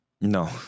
No